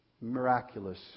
miraculous